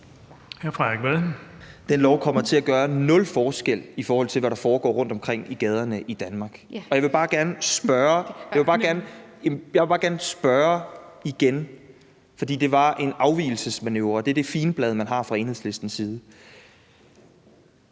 Den lov kommer til at gøre nul forskel, i forhold til hvad der foregår rundtomkring i gaderne i Danmark. Jeg vil bare gerne spørge om noget igen, for det her var en afvigelsesmanøvre. Det er det figenblad, man har fra Enhedslistens side: